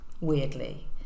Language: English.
weirdly